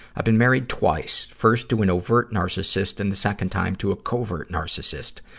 i've been married twice. first to an overt narcissist and the second time to a covert narcissist.